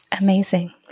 Amazing